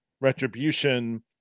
retribution